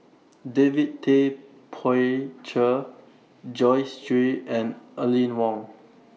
David Tay Poey Cher Joyce Jue and Aline Wong